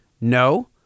No